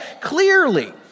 Clearly